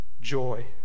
joy